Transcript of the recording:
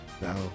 Now